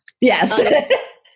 Yes